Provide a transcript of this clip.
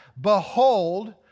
behold